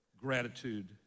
Gratitude